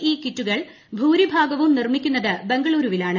E കിറ്റുകളിൽ ഭൂരിഭാഗവും നിർമ്മിക്കുന്നത് ബംഗളുരുവിലാണ്